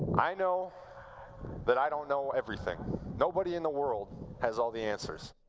i know that i don't know everything. nobody in the world has all the answers.